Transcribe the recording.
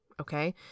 Okay